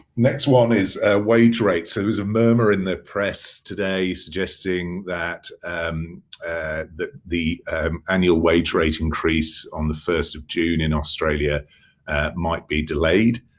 next one is wage rates, so there was a murmur in the press today suggesting that um the the annual wage rate increase on the first of june in australia might be delayed